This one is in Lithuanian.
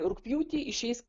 rugpjūtį išeis